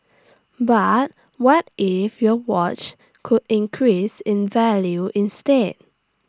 but what if your watch could increase in value instead